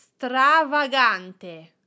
stravagante